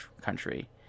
country